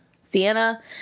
Sienna